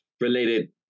related